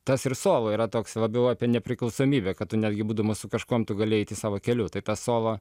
tas ir solo yra toks labiau apie nepriklausomybę kad tu netgi būdamas su kažkuom tu gali eiti savo keliu tai tas solo